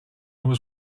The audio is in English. was